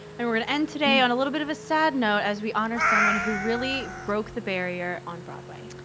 and we're gonna end today on a little bit of a sad note as we honor someone who really broke the barrier on broadway.